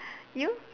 you